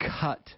cut